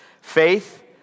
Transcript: Faith